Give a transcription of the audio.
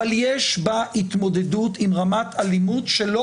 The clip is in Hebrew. אבל יש בה התמודדות עם רמת אלימות שלא